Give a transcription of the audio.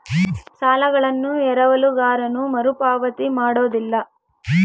ಸಾಲಗಳನ್ನು ಎರವಲುಗಾರನು ಮರುಪಾವತಿ ಮಾಡೋದಿಲ್ಲ